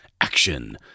action